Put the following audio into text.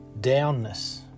downness